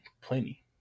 plenty